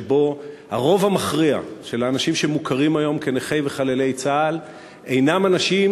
שבו הרוב המכריע של האנשים שמוכרים היום כנכי וחללי צה"ל אינם אנשים